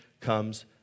comes